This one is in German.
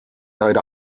eurer